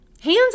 Hands